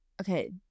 okay